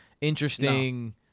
interesting